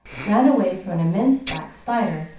ran away from an immense black spider,